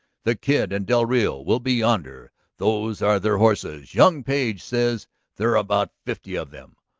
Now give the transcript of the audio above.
the kid and del rio will be yonder those are their horses. young page says there are about fifty of them.